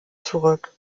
zurück